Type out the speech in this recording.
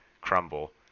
crumble